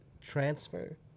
transfer